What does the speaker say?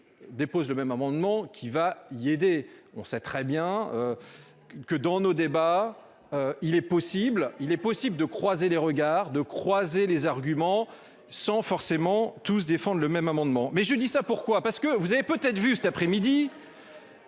Dépose le même amendement qui va y aider. On sait très bien. Que dans nos débats. Il est possible, il est possible de croiser les regards de croiser les arguments sans forcément tous défendent le même amendement mais je dis ça pourquoi parce que vous avez peut-être vu cet après-midi.